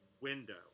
window